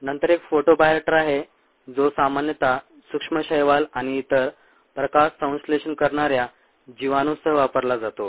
नंतर एक फोटोबायोरिएक्टर आहे जो सामान्यतः सूक्ष्म शैवाल आणि इतर प्रकाश संश्लेषण करणाऱ्या जीवाणूसह वापरला जातो